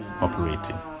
operating